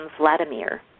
Vladimir